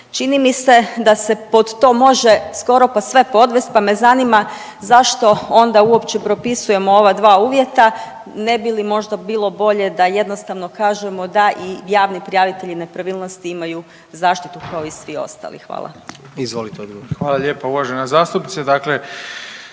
Čini mi se da se pod to „može“ skoro pa sve podvest, pa me zanima zašto onda uopće propisujemo ova dva uvjeta, ne bi li možda bilo bolje da jednostavno kažemo da i javni prijavitelji nepravilnosti imaju zaštitu kao i svi ostali? Hvala. **Jandroković, Gordan (HDZ)**